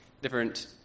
different